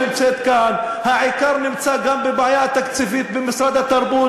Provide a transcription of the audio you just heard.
שנמצאת כאן: העיקר נמצא גם בבעיה תקציבית במשרד התרבות,